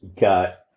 got